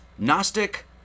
Gnostic